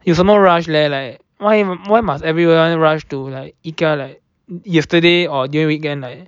有什么 rush leh like why why must everyone rush to like Ikea like yesterday or during weekend like